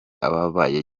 ababaye